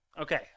Okay